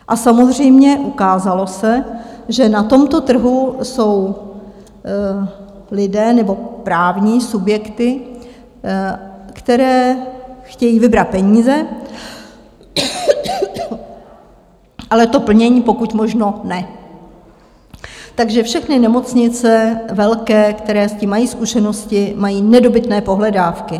A samozřejmě se ukázalo, že na tomto trhu jsou lidé nebo právní subjekty, které chtějí vybrat peníze, ale to plnění pokud možno ne, takže všechny velké nemocnice, které s tím mají zkušenosti, mají nedobytné pohledávky.